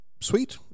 sweet